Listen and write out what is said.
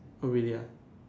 really ah